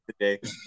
today